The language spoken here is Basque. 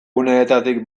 guneetatik